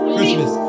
Christmas